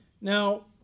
Now